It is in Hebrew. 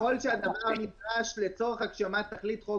ככל שהדבר נדרש לצורך הגשמת תכלית חוק